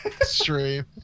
stream